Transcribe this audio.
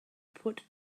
put